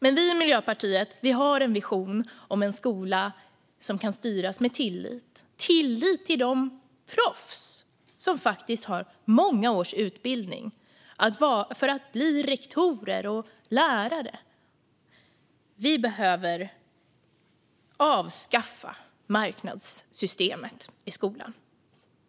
Vi i Miljöpartiet har en vision om en skola som kan styras med tillit till de proffs som faktiskt har många års utbildning för att bli rektorer och lärare. Vi behöver avskaffa marknadssystemet i skolan.